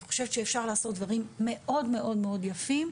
אני חושבת שאפשר לעשות דברים מאוד מאוד יפים,